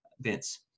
Vince